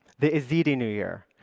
the yazidi new year,